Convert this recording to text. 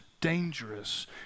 dangerous